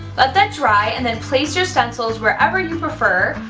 let that dry and then place your stencils wherever you prefer,